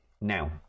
Now